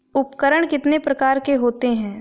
उपकरण कितने प्रकार के होते हैं?